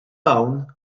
hawn